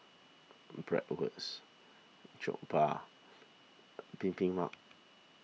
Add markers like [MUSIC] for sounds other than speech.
Bratwurst Jokbal [NOISE] Bibimbap